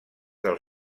del